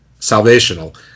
salvational